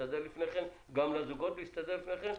להסתדר לפני כן, גם לזוגות להסתדר לפני כן.